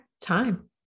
time